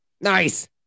Nice